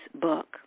book